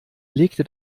legte